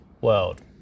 world